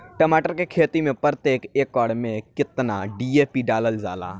टमाटर के खेती मे प्रतेक एकड़ में केतना डी.ए.पी डालल जाला?